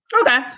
Okay